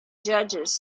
judges